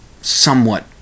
somewhat